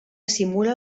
simula